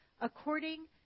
according